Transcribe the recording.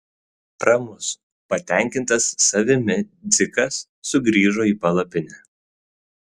ramus patenkintas savimi dzikas sugrįžo į palapinę